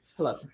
Hello